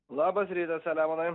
labas rytas selemonai